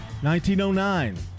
1909